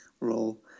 role